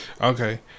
Okay